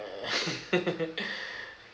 uh